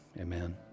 Amen